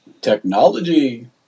Technology